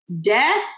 Death